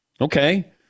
Okay